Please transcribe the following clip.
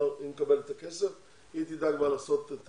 מקבלת את הכסף והיא תדאג כבר לעשות את